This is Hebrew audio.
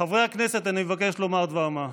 חברי הכנסת, אני מבקש לומר דבר מה: